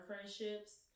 friendships